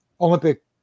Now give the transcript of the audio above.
Olympic